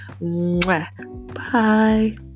Bye